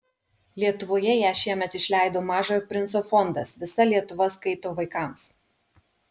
lietuvoje ją šiemet išleido mažojo princo fondas visa lietuva skaito vaikams